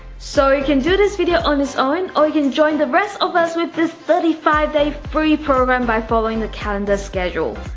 so you can do this video on its own or you can join the rest of us with this thirty five day free program by following the calendar schedule.